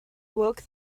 awoke